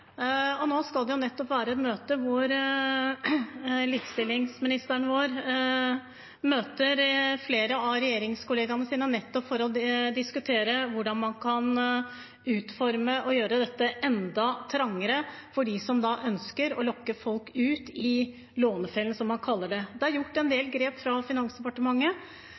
kredittlån. Nå skal det være et møte hvor likestillingsministeren vår møter flere av regjeringskollegaene sine nettopp for å diskutere hvordan man kan utforme og gjøre dette enda trangere for dem som ønsker å lokke folk ut i lånefellen, som man kaller det. Det er gjort en del grep fra